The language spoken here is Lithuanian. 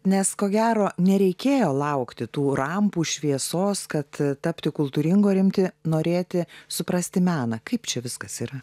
nes ko gero nereikėjo laukti tų rampų šviesos kad tapti kultūringu ar imti norėti suprasti meną kaip čia viskas yra